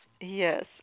Yes